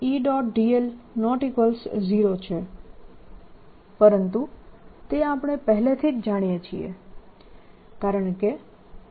પરંતુ તે આપણે પહેલેથી જ જાણીએ છીએ કારણકે E